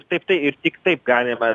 taip tai ir tik taip galima